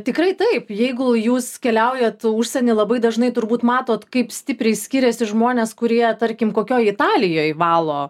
tikrai taip jeigu jūs keliaujat užsieny labai dažnai turbūt matot kaip stipriai skiriasi žmonės kurie tarkim kokioj italijoj valo